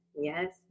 yes